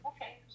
Okay